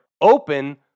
Open